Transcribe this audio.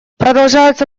продолжаются